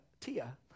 Tia